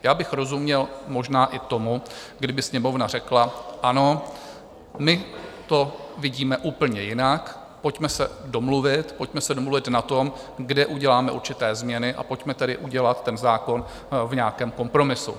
Já bych rozuměl možná i tomu, kdyby Sněmovna řekla: Ano, my to vidíme úplně jinak, pojďme se domluvit na tom, kde uděláme určité změny, a pojďme tedy udělat ten zákon v nějakém kompromisu.